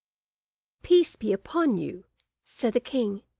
peace be upon you said the king,